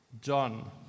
John